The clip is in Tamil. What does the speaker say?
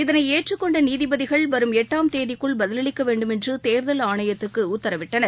இதனை ஏற்றுக் கொண்ட நீதபதிகள் வரும் ளட்டாம் தேதிக்குள் பதிலளிக்க வேண்டுமென்று தேர்தல் ஆணையத்துக்கு உத்தரவிட்டனர்